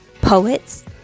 Poets